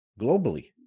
globally